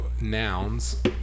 nouns